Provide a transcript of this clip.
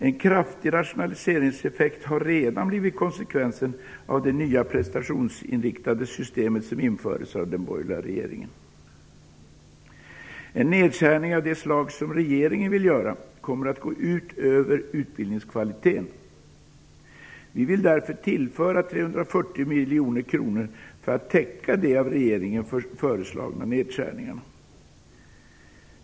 En kraftig rationaliseringseffekt har redan blivit konsekvensen av det nya prestationsinriktade system som infördes av den borgerliga regeringen. En nedskärning av det slag som regeringen vill göra kommer att gå ut över utbildningskvaliteten. Vi vill därför tillföra 340 miljoner kronor för att täcka de av regeringen föreslagna nedskärningarna.